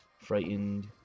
Frightened